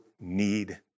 need